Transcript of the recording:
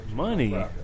money